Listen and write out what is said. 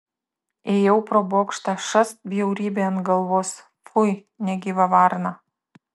ėjau pro bokštą šast bjaurybė ant galvos fui negyva varna